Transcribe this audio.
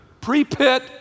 pre-pit